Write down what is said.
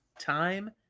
Time